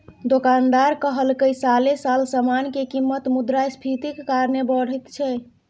दोकानदार कहलकै साले साल समान के कीमत मुद्रास्फीतिक कारणे बढ़ैत छै